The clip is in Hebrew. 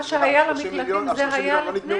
מה שהיה במקלטים היה לפני,